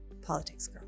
politicsgirl